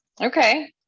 okay